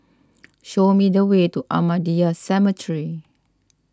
show me the way to Ahmadiyya Cemetery